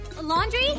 Laundry